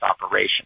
operation